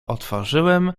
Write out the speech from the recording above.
otworzyłem